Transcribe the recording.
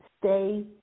Stay